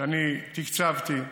שאני תקצבתי,